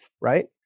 right